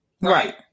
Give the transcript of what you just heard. Right